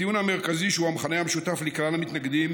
הטיעון המרכזי שהוא המכנה המשותף לכלל המתנגדים